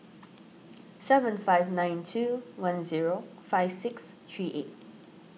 seven five nine two one zero five six three eight